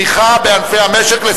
תמיכה בענפי המשק,